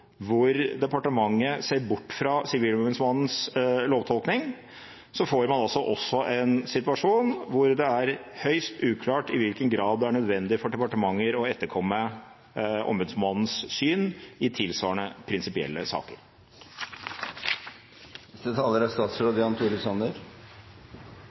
hvor departementet ser bort fra Sivilombudsmannens lovtolkning, får man altså også en situasjon hvor det er høyst uklart i hvilken grad det er nødvendig for departementer å etterkomme ombudsmannens syn i tilsvarende prinsipielle saker. I innstillingen fra kontroll- og konstitusjonskomiteen er